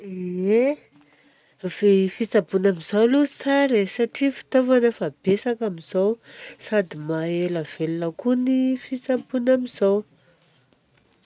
Ie, ny fitsaboana amizao aloha tsara e. Satria fitaovana efa betsaka amizao sady maha-ela velona koa ny fitsaboana amizao.